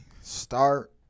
Start